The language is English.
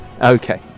Okay